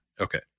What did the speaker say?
Okay